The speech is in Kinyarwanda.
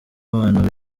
abantu